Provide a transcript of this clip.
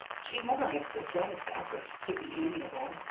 she never makes the slightest effort to be amiable.